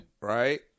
Right